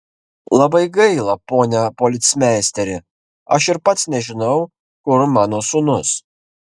labai gaila pone policmeisteri aš ir pats nežinau kur mano sūnus